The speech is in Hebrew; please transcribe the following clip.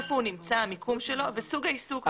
איפה המיקום שלו וסוג העיסוק.